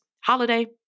holiday